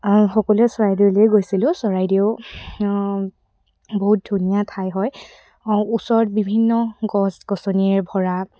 সকলোৱে চৰাইদেউলৈ গৈছিলোঁ চৰাইদেউ বহুত ধুনীয়া ঠাই হয় ওচৰত বিভিন্ন গছ গছনিৰ ভৰা